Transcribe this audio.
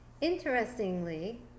Interestingly